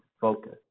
focus